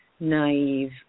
naive